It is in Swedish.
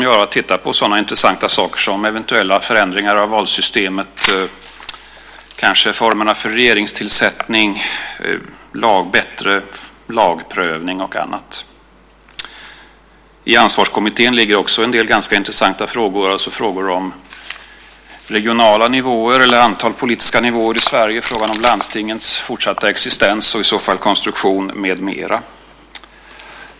Den har ju att titta närmare på sådana intressanta saker som eventuella förändringar av valsystemet, kanske formerna för regeringstillsättning, bättre lagprövning och annat. Hos Ansvarskommittén ligger också en del intressanta frågor, alltså frågor om regionala nivåer eller antal politiska nivåer i Sverige. Det är frågan om landstingens fortsatta existens och i så fall konstruktion med mera.